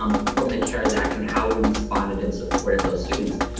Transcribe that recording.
um from the cares act, and how we responded in support of those students.